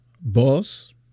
boss